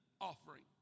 offering